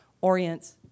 orients